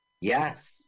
Yes